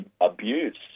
abuse